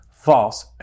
False